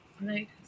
right